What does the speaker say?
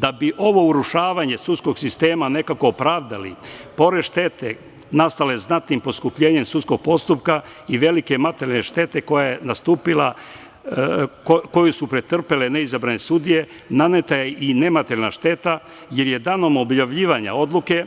Da bi urušavanje sudskog sistema nekako pravdali, pored štete nastale znatnim poskupljenjem sudskog postupka i velike materijalne štete koja je nastupila, koju su pretrpele neizabrane sudije, naneta je i nematerijalna šteta jer je danom objavljivanja odluke